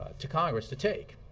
to congress to take.